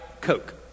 Coke